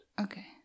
Okay